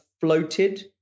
floated